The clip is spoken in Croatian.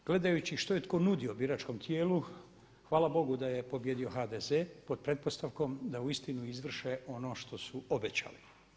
Gledajući što je tko nudio biračkom tijelu hvala Bogu da je pobijedio HDZ pod pretpostavkom da uistinu izvrše ono što su obećali.